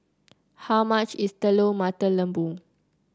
how much is Telur Mata Lembu